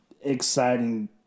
exciting